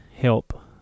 help